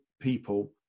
people